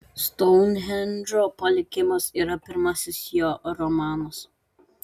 stounhendžo palikimas yra pirmasis jo romanas